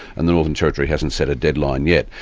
and the northern territory hasn't set a deadline yet.